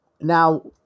Now